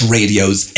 Radio's